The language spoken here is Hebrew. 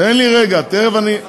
תן לי רגע, תן לי שנייה.